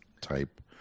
type